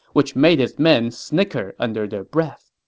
which made his men snicker under their breath